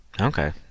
Okay